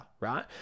right